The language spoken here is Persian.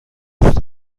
دوست